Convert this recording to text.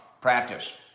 practice